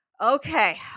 okay